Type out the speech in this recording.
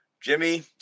Jimmy